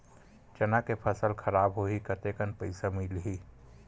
चना के फसल खराब होही कतेकन पईसा मिलही?